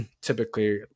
typically